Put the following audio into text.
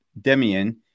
Demian